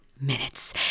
minutes